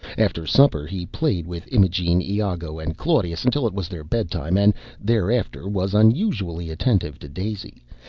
after supper he played with imogene, iago and claudius until it was their bedtime and thereafter was unusually attentive to daisy,